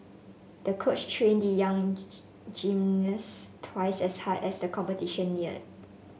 the coach trained the young gymnast twice as hard as the competition neared